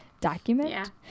document